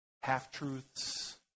half-truths